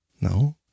no